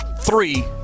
three